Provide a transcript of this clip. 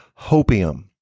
Hopium